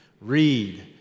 read